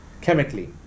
chemically